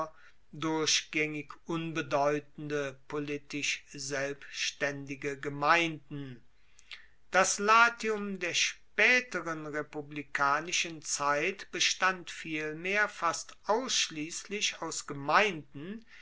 durchgaengig unbedeutende politisch selbstaendige gemeinden das latium der spaeteren republikanischen zeit bestand vielmehr fast ausschliesslich aus gemeinden